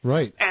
Right